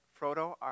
Frodo